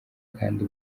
kandi